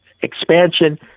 expansion